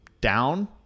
down